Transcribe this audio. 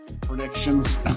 Predictions